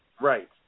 Right